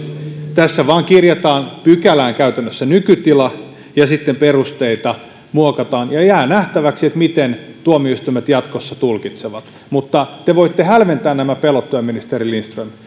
tässä vaan kirjataan pykälään käytännössä nykytila ja sitten perusteita muokataan ja jää nähtäväksi miten tuomioistuimet jatkossa tulkitsevat mutta te voitte hälventää nämä pelot työministeri lindström